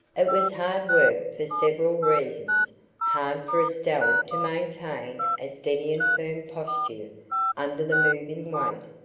it was hard work for several reasons hard for estelle to maintain a steady and firm posture under the moving weight,